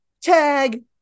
Tag